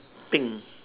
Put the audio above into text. pink